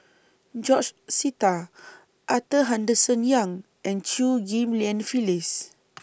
George Sita Arthur Henderson Young and Chew Ghim Lian Phyllis